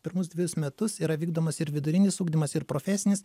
pirmus dvejus metus yra vykdomas ir vidurinis ugdymas ir profesinis